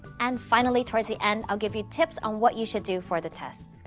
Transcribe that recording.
and finally towards the end i'll give you tips on what you should do for the test.